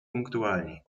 punktualni